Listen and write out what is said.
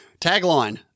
Tagline